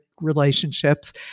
relationships